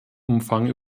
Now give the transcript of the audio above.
umfang